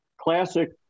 classic